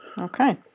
Okay